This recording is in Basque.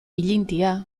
ilintia